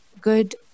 good